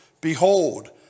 Behold